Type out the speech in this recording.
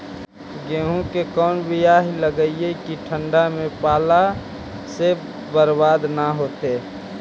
गेहूं के कोन बियाह लगइयै कि ठंडा में पाला से बरबाद न होतै?